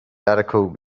article